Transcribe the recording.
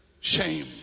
shame